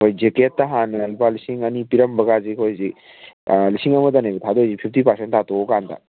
ꯑꯩꯈꯣꯏ ꯖꯦꯛꯀꯦꯠꯇ ꯍꯥꯟꯅ ꯂꯨꯄꯥ ꯂꯤꯁꯤꯡ ꯑꯅꯤ ꯄꯤꯔꯝꯕꯒꯥꯏꯁꯤ ꯑꯩꯈꯣꯏ ꯍꯧꯖꯤꯛ ꯂꯤꯁꯤꯡ ꯑꯃꯗꯅꯦꯕ ꯊꯥꯗꯣꯛꯏꯁꯦ ꯐꯤꯐꯇꯤ ꯄꯔꯁꯦꯟ ꯇꯥꯊꯣꯛꯑꯀꯥꯟꯗ